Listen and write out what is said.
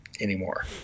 anymore